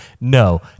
No